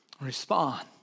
respond